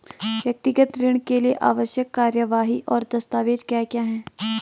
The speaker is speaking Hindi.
व्यक्तिगत ऋण के लिए आवश्यक कार्यवाही और दस्तावेज़ क्या क्या हैं?